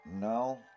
no